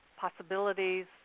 possibilities